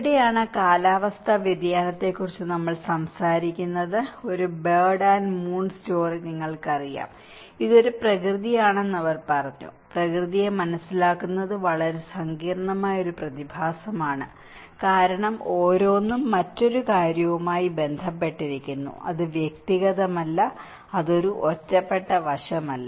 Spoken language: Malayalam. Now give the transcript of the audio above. ഇവിടെയാണ് കാലാവസ്ഥാ വ്യതിയാനത്തെ കുറിച്ച് നമ്മൾ സംസാരിക്കുന്നത് ഒരു ബേർഡ് ആൻഡ് മൂൺ സ്റ്റോറി നിങ്ങൾക്കറിയാം ഇത് ഒരു പ്രകൃതിയാണെന്ന് അവർ പറഞ്ഞു പ്രകൃതിയെ മനസ്സിലാക്കുന്നത് വളരെ സങ്കീർണ്ണമായ ഒരു പ്രതിഭാസമാണ് കാരണം ഓരോന്നും മറ്റൊരു കാര്യവുമായി ബന്ധപ്പെട്ടിരിക്കുന്നു അത് വ്യക്തിഗതമല്ല അത് ഒരു ഒറ്റപ്പെട്ട വശമല്ല